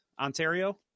Ontario